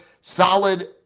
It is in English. Solid